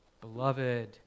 beloved